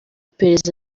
iperereza